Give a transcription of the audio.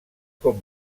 cop